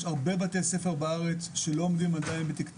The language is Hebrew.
יש הרבה בתי ספר בארץ שלא עומדים בפני